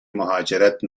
مهاجرت